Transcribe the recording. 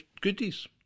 goodies